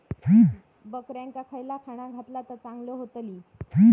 बकऱ्यांका खयला खाणा घातला तर चांगल्यो व्हतील?